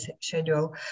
schedule